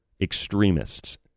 extremists